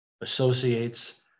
associates